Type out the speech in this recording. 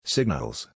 Signals